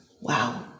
wow